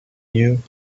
you